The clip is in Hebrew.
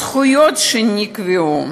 הזכויות שנקבעו,